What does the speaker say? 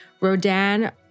Rodan